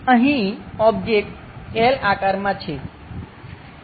અહીં object L આકારમાં છે